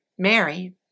Mary